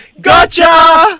gotcha